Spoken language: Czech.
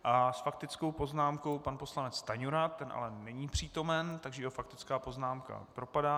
S faktickou poznámkou pan poslanec Stanjura, ten ale není přítomen, takže jeho faktická poznámka propadá.